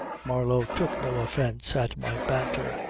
marlow took no offence at my banter.